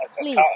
please